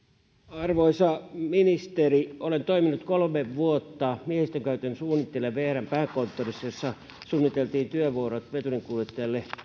arvoisa ministeri olen toiminut kolme vuotta miehistönkäytön suunnittelijana vrn pääkonttorissa jossa suunniteltiin työvuorot veturinkuljettajille